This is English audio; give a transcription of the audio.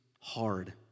hard